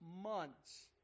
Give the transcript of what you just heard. months